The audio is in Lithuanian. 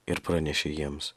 ir pranešė jiems